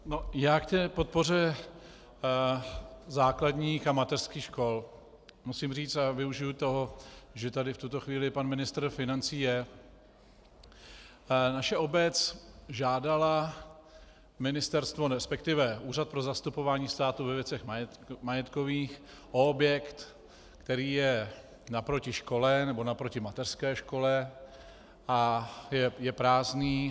Já k té podpoře základních a mateřských škol musím říct, a využiji toho, že tady v tuto chvíli pan ministr financí je: Naše obec žádala ministerstvo, resp. Úřad pro zastupování státu ve věcech majetkových, o objekt, který je naproti škole nebo naproti mateřské škole a je prázdný.